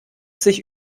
sich